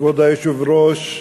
כבוד היושב-ראש,